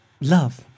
love